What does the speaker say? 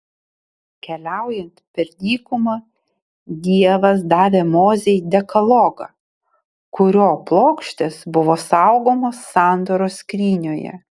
keliaujant per dykumą dievas davė mozei dekalogą kurio plokštės buvo saugomos sandoros skrynioje